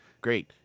Great